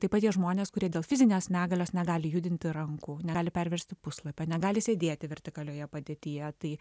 taip pat tie žmonės kurie dėl fizinės negalios negali judinti rankų negali perversti puslapio negali sėdėti vertikalioje padėtyje tai